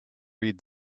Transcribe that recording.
read